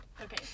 okay